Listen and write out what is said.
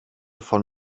von